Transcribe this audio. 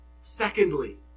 secondly